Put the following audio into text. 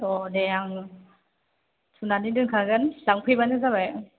औ दे आं सुनानै दोनखागोन लांफैब्लानो जाबाय